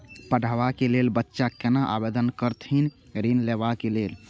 पढ़वा कै लैल बच्चा कैना आवेदन करथिन ऋण लेवा के लेल?